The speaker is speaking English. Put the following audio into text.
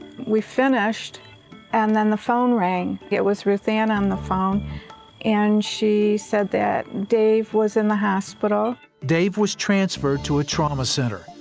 we finished and then the phone rang. it was ruthanne on the phone and she said that dave was in the hospital. dave was transferred to a trauma center,